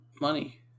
Money